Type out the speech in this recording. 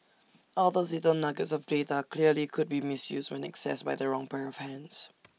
all those little nuggets of data clearly could be misused when accessed by the wrong pair of hands